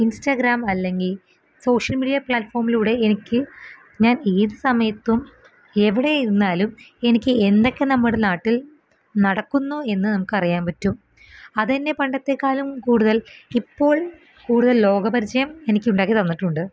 Instagram അല്ലെങ്കിൽ social media പ്ലാറ്റ്ഫോമിലൂടെ എനിക്ക് ഞാൻ ഏത് സമയത്തും എവിടെയിരുന്നാലും എനിക്കെന്തൊക്കെ നമ്മുടെ നാട്ടിൽ നടക്കുന്നു എന്ന് നമുക്ക് അറിയാൻ പറ്റും അതന്നെ പണ്ടത്തെക്കാലും കൂടുതൽ ഇപ്പോൾ കൂടുതൽ ലോക പരിചയം എനിക്കുണ്ടാക്കി തന്നിട്ടുണ്ട്